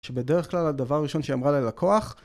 שבדרך כלל הדבר הראשון שהיא אמרה ללקוח